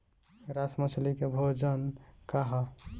Grass मछली के भोजन का ह?